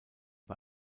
bei